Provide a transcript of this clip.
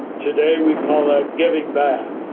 today we call that giving back,